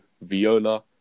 viola